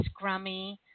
scrummy